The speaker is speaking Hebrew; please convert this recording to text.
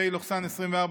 פ/34/24,